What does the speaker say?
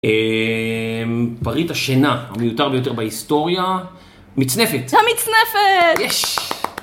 אה, פריט השינה המיותר ביותר בהיסטוריה, מצנפת. המצנפת! יש!